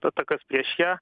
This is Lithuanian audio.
atakas prieš ją